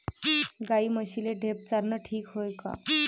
गाई म्हशीले ढेप चारनं ठीक हाये का?